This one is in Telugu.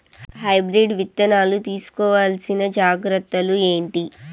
హైబ్రిడ్ విత్తనాలు తీసుకోవాల్సిన జాగ్రత్తలు ఏంటి?